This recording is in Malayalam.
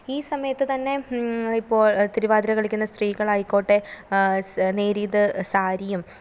ഈ സമയത്തുതന്നെ ഇപ്പോൾ തിരുവാതിര കളിക്കുന്ന സ്ത്രീകളായിക്കോട്ടെ സ് നേര്യത് സാരിയും